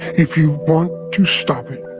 if you want to stop it,